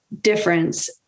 difference